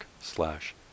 slash